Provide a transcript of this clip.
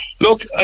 look